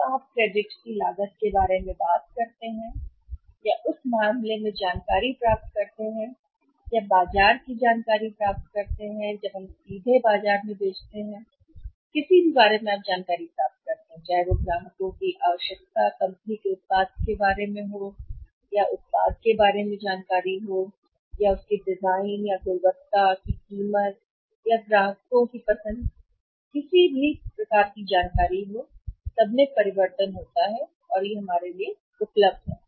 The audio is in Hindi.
जब आप क्रेडिट की लागत के बारे में बात करते हैं उस मामले में जानकारी या बाजार की जानकारी जब हम सीधे बाजार में बेचते हैं किसी भी प्रकार के बारे में ग्राहकों की आवश्यकता के बारे में कंपनी के उत्पाद के बारे में जानकारी उत्पाद डिजाइन गुणवत्ता की कीमत या ग्राहक की पसंद के किसी भी प्रकार में परिवर्तन सीधे होता है हमारे लिए उपलब्ध है